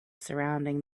surrounding